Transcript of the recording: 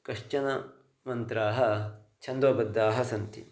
कश्चन मन्त्राः छन्दोबद्धाः सन्ति